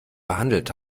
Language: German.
behandelt